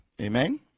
Amen